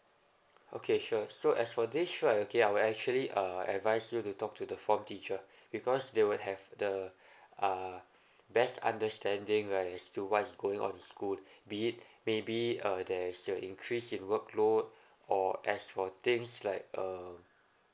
okay sure so as for this right okay I will actually uh advise you to talk to the form teacher because they will have the uh best understanding right is still what's going on in school be it maybe uh there is the increase in workload or as for things like uh